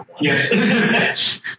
Yes